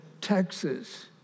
Texas